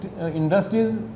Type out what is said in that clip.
industries